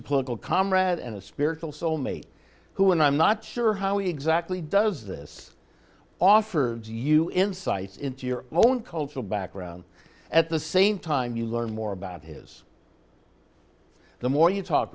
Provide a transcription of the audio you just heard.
a political comrade and a spiritual soul mate who and i'm not sure how exactly does this offer you insights into your own cultural background at the same time you learn more about his the more you talk